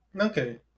Okay